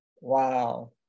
wow